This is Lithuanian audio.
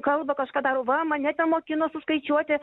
kalba kažką daro va mane ten mokino suskaičiuoti